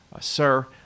Sir